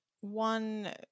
one